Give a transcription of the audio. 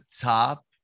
top